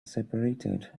seperated